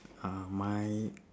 uh my